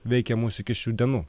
veikė mus iki šių dienų